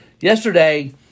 yesterday